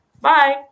Bye